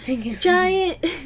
Giant